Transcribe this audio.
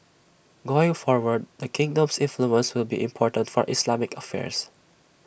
going forward the kingdom's influence will be important for Islamic affairs